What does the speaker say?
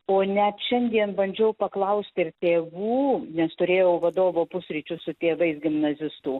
o net šiandien bandžiau paklausti ir tėvų nes turėjau vadovo pusryčius su tėvais gimnazistų